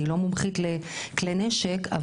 אני לא מומחית לכלי נשק,